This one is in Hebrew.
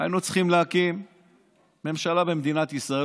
היינו צריכים להקים ממשלה במדינת ישראל,